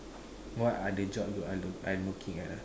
what are the job you are are looking at ah